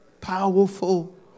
powerful